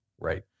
Right